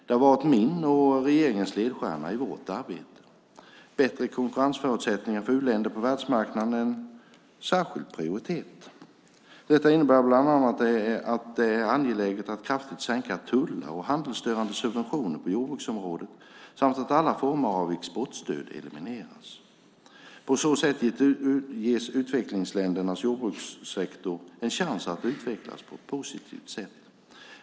Det har varit min och regeringens ledstjärna i vårt arbete. Bättre konkurrensförutsättningar för u-länder på världsmarknaden är en särskild prioritet. Detta innebär bland annat att det är angeläget att kraftigt sänka tullar och handelsstörande subventioner på jordbruksområdet samt att alla former av exportstöd elimineras. På så sätt ges utvecklingsländernas jordbrukssektor en chans att utvecklas på ett positivt sätt.